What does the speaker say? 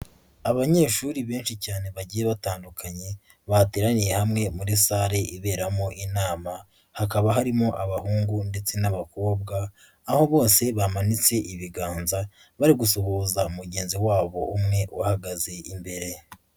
Abanyeshuri benshi cyane bagiye batandukanye, bateraniye hamwe muri salle iberamo inama, hakaba harimo abahungu ndetse n'abakobwa, aho bose bamanitse ibiganza, bari gusuhuza mugenzi wabo umwe uhagaze imbere.